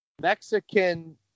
Mexican